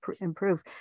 improve